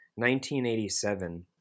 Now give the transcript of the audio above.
1987